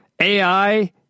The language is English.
AI